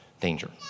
danger